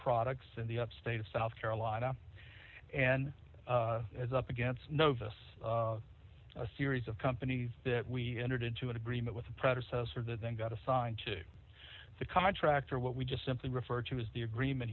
products in the state of south carolina and is up against novus series of companies that we entered into an agreement with the predecessor that then got assigned to the contractor what we just simply refer to as the agreement